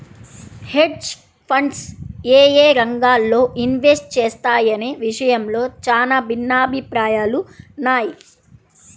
hedge funds యేయే రంగాల్లో invest చేస్తాయనే విషయంలో చానా భిన్నాభిప్రాయాలున్నయ్